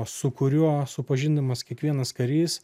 su kuriuo supažindinamas kiekvienas karys